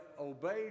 obeyed